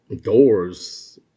doors